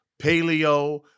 paleo